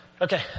Okay